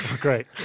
great